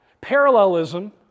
parallelism